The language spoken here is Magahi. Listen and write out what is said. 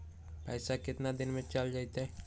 पैसा कितना दिन में चल जतई?